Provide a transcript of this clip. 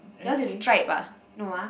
yours is stripe ah no ah